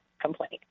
complaint